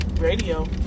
Radio